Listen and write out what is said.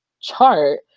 chart